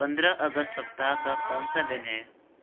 पंद्रह अगस्त सप्ताह का कौन सा दिन है